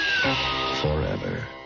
forever